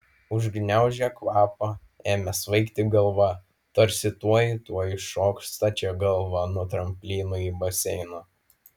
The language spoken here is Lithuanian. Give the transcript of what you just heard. užgniaužė kvapą ėmė svaigti galva tarsi tuoj tuoj šoks stačia galva nuo tramplyno į baseiną